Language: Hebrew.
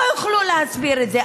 לא יוכלו להסביר את זה,